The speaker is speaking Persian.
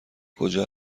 کجا